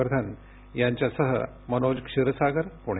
वर्धन यांच्यासह मनोज क्षीरसागर पुणे